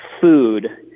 food